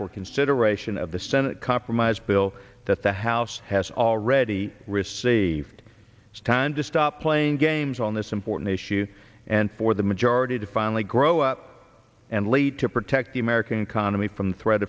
for consideration of the senate compromise bill that the house has already received it's time to stop playing games on this important issue and for the majority to finally grow up and lead to protect the american economy from th